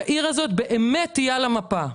שהעיר הזאת באמת תהיה על המפה.